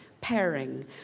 pairing